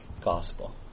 gospel